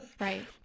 Right